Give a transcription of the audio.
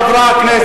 חברי חברי הכנסת,